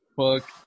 fuck